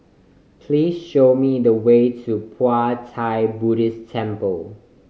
please show me the way to Pu Buddhist Temple